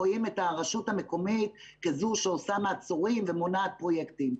רואים את הרשות המקומית כזו שעושה מעצורים ומונעת פרויקטים,